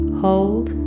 hold